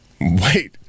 Wait